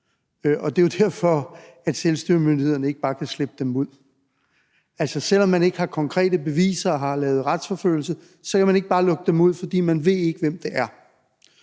Det er jo derfor, at selvstyremyndighederne ikke bare kan slippe dem ud. Altså, selv om man ikke har konkrete beviser og har lavet retsforfølgelse, kan man ikke bare lukke dem ud, for man ikke ved, hvem det er.